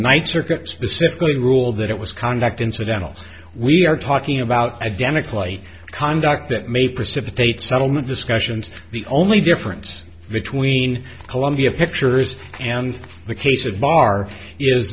circuit specifically ruled that it was conduct incidentals we are talking about identical conduct that may precipitate settlement discussions the only difference between columbia pictures and the case of bar is